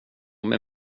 med